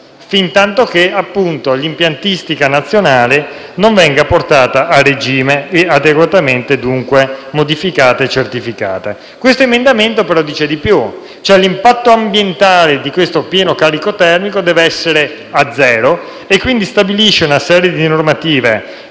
fintantoché l'impiantistica nazionale non venga portata a regime e adeguatamente modificata e certificata. Questo emendamento però dice di più: l'impatto ambientale di questo pieno carico termico deve essere a zero. Esso quindi stabilisce una serie di normative,